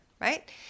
right